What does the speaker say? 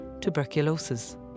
tuberculosis